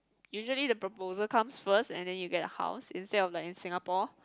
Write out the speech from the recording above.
usually the proposal comes first and then you get a house instead of like in Singapore